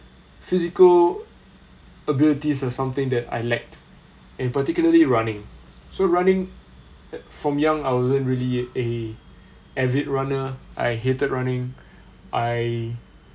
physical abilities is something that I lack in particularly running so running from young I wasn't really a avid runner I hated running I